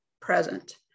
present